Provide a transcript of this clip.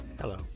Hello